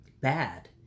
bad